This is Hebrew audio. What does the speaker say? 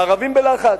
בלוב, הערבים בלחץ.